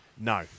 No